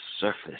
surface